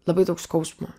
labai daug skausmo